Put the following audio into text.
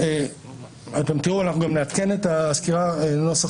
אנחנו גם נעדכן את הסקירה ויהיה נוסח